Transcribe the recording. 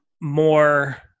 more